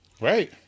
Right